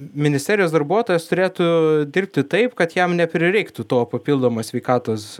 ministerijos darbuotojas turėtų dirbti taip kad jam neprireiktų to papildomo sveikatos